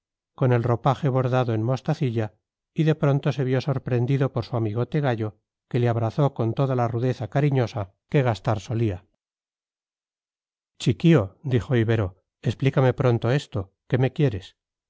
con el ropaje bordado en mostacilla y de pronto se vio sorprendido por su amigote gallo que le abrazó con toda la rudeza cariñosa que gastar solía chiquío dijo ibero explícame pronto esto qué me quieres